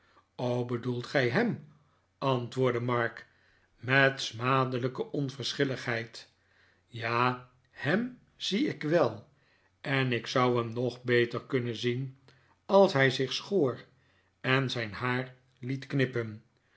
bedoelt gij hem antwoordde mark met smadelijke onverschilligheid ja hem zie ik wel en ik zou hem nog beter kunnen zien als hij zich schoor en zijn haar liet knippen